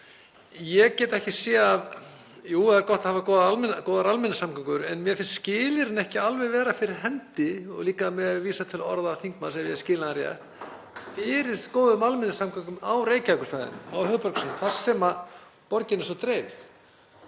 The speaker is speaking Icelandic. Ég get ekki séð að — jú, það er gott að hafa góðar almenningssamgöngur en mér finnst skilyrðin ekki alveg vera fyrir hendi, og líka með vísan til orða þingmanns, ef ég skil hann rétt, fyrir góðum almenningssamgöngum á Reykjavíkursvæðinu, á höfuðborgarsvæðinu, þar sem borgin er svo dreifð.